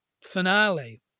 finale